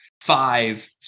five